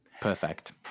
perfect